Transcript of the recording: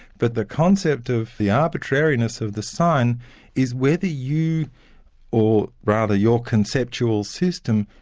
but the concept of the arbitrariness of the sign is whether you or rather your conceptual system,